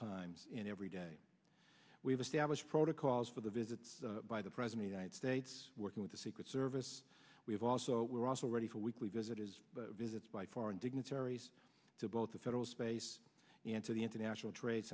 times and every day we have established protocols for the visits by the president united states working with the secret service we have also we're also ready for weekly visit his visits by foreign dignitaries to both the federal space and to the international trade